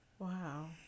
Wow